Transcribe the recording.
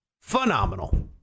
Phenomenal